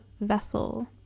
Vessel